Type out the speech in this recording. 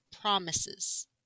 promises